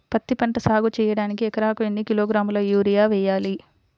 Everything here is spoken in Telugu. పత్తిపంట సాగు చేయడానికి ఎకరాలకు ఎన్ని కిలోగ్రాముల యూరియా వేయాలి?